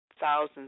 thousands